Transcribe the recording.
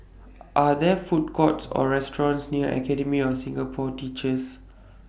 Are There Food Courts Or restaurants near Academy of Singapore Teachers